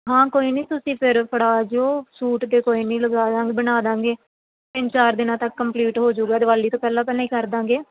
ਹਾਂ ਕੋਈ ਨਹੀਂ ਤੁਸੀਂ ਫਿਰ ਫੜਾ ਜਾਇਓ ਸੂਟ ਤਾਂ ਕੋਈ ਨਹੀਂ ਲਗਾਦਾ ਬਣਾ ਦਾਂਗੇ ਤਿੰਨ ਚਾਰ ਦਿਨਾਂ ਤੱਕ ਕੰਪਲੀਟ ਹੋਜੂਗਾ ਦਿਵਾਲੀ ਤੋਂ ਪਹਿਲਾਂ ਪਹਿਲਾਂ ਹੀ ਕਰ ਦਾਂਗੇ